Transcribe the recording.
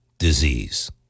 disease